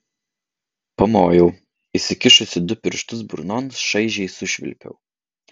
pamojau įsikišusi du pirštus burnon šaižiai sušvilpiau